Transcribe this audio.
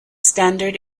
standard